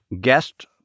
guest